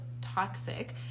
toxic